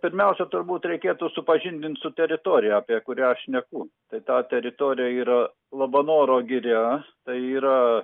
pirmiausia turbūt reikėtų supažindint su teritorija apie kurią šneku tai ta teritorija yra labanoro giria tai yra